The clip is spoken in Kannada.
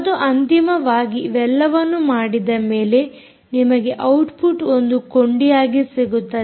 ಮತ್ತು ಅಂತಿಮವಾಗಿ ಇವೆಲ್ಲವನ್ನೂ ಮಾಡಿದ ಮೇಲೆ ನಿಮಗೆ ಔಟ್ಪುಟ್ ಒಂದು ಕೊಂಡಿಯಾಗಿ ಸಿಗುತ್ತದೆ